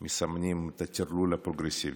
הן מסמנות את הטרלול הפרוגרסיבי.